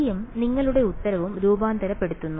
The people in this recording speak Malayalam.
b യും നിങ്ങളുടെ ഉത്തരവും രൂപാന്തരപ്പെടുത്തുന്നു